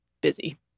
busy